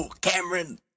Cameron